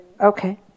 Okay